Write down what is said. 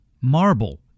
marble